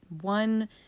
One